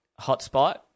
hotspot